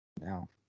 now